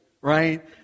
right